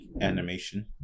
animation